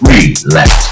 Relax